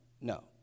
no